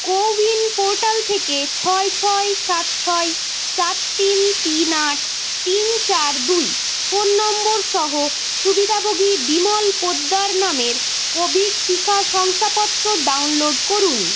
কো win portal থেকে ছয় ছয় সাত ছয় চার তিন তিন আট তিন চার দুই ফোন নম্বর সহ সুবিধাভোগী বিমল পোদ্দার নামের কোভিড টিকা শংসাপত্র ডাউনলোড করুন